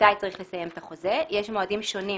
מתי צריך לסיים את החוזה, יש מועדים שונים